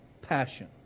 passion